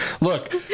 Look